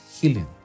healing